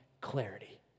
clarity